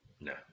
No